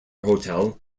hotel